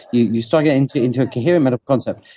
you you strung it into into a coherent mental concept.